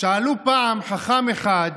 שאלו פעם חכם אחד: